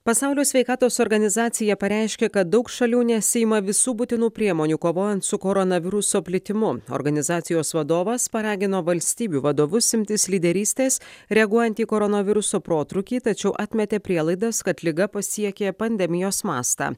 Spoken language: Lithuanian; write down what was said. pasaulio sveikatos organizacija pareiškė kad daug šalių nesiima visų būtinų priemonių kovojant su koronaviruso plitimu organizacijos vadovas paragino valstybių vadovus imtis lyderystės reaguojant į koronaviruso protrūkį tačiau atmetė prielaidas kad liga pasiekė pandemijos mastą